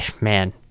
man